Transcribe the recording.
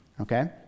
Okay